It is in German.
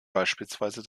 beispielsweise